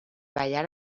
ballar